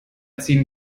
ziehen